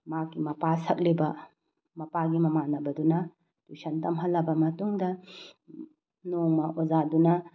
ꯃꯍꯥꯛꯀꯤ ꯃꯄꯥ ꯁꯛꯂꯤꯕ ꯃꯄꯥꯒꯤ ꯃꯃꯥꯟꯅꯕꯗꯨꯅ ꯇ꯭ꯌꯨꯁꯟ ꯇꯝꯍꯜꯂꯕ ꯃꯇꯨꯡꯗ ꯅꯣꯡꯃꯥ ꯑꯣꯖꯥꯗꯨꯅ